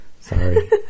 Sorry